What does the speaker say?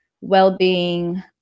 well-being